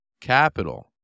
capital